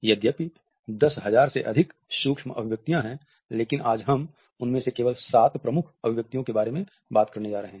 यद्यपि 10000 से अधिक सूक्ष्म अभिव्यक्तियां हैं लेकिन आज हम उसमे से केवल सात प्रमुख अभिव्यक्ति के बारे में बात करने जा रहे हैं